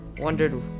wondered